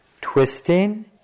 twisting